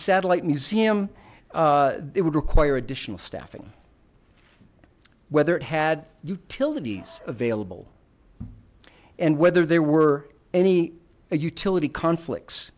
satellite museum it would require additional staffing whether it had utilities available and whether there were any utility conflicts